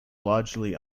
largely